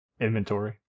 Inventory